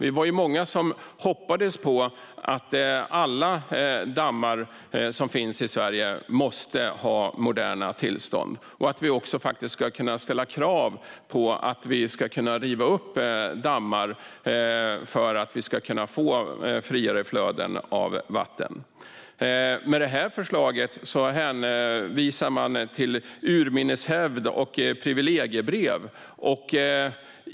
Vi var många som hoppades att alla dammar som finns i Sverige skulle ha moderna tillstånd och att vi också skulle kunna ställa krav på att dammar rivs upp för att vi ska få friare flöden av vatten. Med detta förslag hänvisar man till urminnes hävd och privilegiebrev.